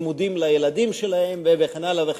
לימודים לילדים שלו וכן הלאה.